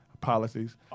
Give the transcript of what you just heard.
policies